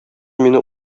мине